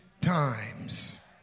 times